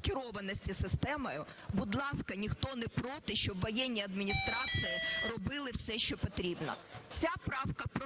керованості системою, будь ласка, ніхто не проти, щоб воєнні адміністрації робили все, що потрібно. Ця правка про